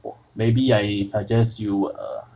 我 maybe I suggest you err